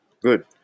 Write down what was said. good